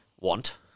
want